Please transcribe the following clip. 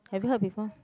have you heard before